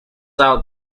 out